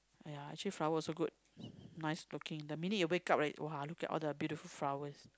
!aiya! actually flower also good nice looking the minute you wake up like !wah! look at all the beautiful flowers